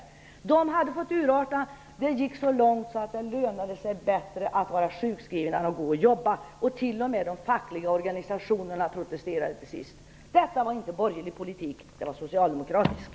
Försäkringarna hade urartat så mycket att det lönade sig bättre att vara sjukskriven än att jobba. T.o.m. de fackliga organisationerna protesterade till slut. Detta var inte borgerlig politik; det var socialdemokratisk sådan!